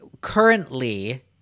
currently